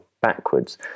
backwards